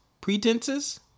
pretenses